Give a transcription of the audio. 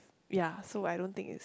ya so I don't think it's